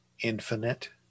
infinite